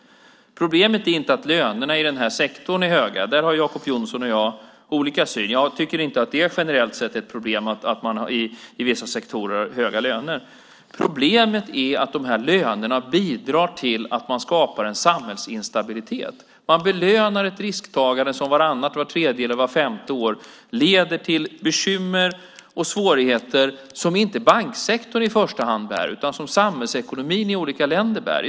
Problemet är inte att lönerna i den här sektorn är höga. Där har Jacob Johnson och jag olika syn. Jag tycker inte att det generellt sett är ett problem att man i vissa sektorer har höga löner. Problemet är att de här lönerna bidrar till att skapa en samhällsinstabilitet. Man belönar ett risktagande som vartannat, vart tredje eller vart femte år leder till bekymmer och svårigheter som inte banksektorn i första hand bär utan som samhällsekonomin i olika länder bär.